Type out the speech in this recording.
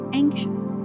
anxious